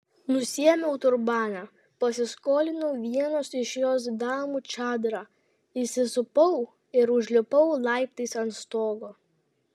nusiėmiau turbaną pasiskolinau vienos iš jos damų čadrą įsisupau ir užlipau laiptais ant stogo